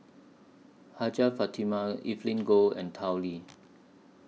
Hajjah Fatimah Evelyn Goh and Tao Li